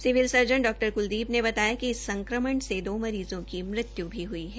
civil surgeon डा क्लदीप ने बताया कि इस संक्रमण से दो मरीज़ों की मृत्यु भी हई है